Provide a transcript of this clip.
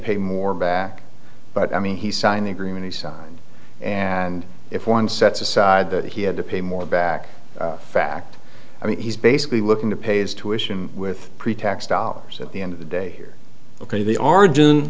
pay more back but i mean he signed the agreement he said and if one sets aside that he had to pay more back in fact i mean he's basically looking to pays to ition with pretax dollars at the end of the day here ok the